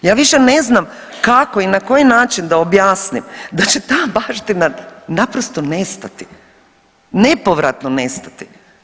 Ja više ne znam kako i na koji način da objasnim da će ta baština naprosto nestati, nepovratno nestati.